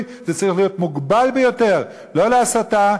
זה צריך להיות מוגבל ביותר: לא להסתה.